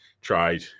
tried